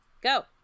go